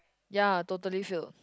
ya totally filled